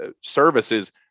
services